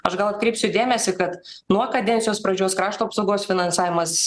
aš gal atkreipsiu dėmesį kad nuo kadencijos pradžios krašto apsaugos finansavimas